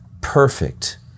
perfect